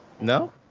No